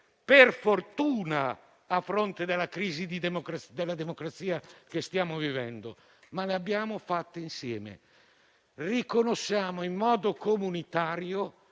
Per fortuna, a fronte della crisi della democrazia che stiamo vivendo, le abbiamo fatte insieme. Riconosciamo in modo comunitario